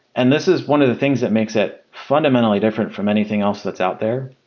and this is one of the things that makes it fundamentally different from anything else that's out there.